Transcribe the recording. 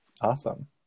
Awesome